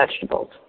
vegetables